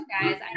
guys